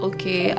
Okay